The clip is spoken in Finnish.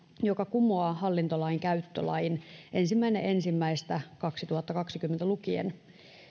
joka kumoaa hallintolainkäyttölain ensimmäinen ensimmäistä kaksituhattakaksikymmentä lukien